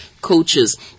coaches